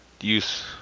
use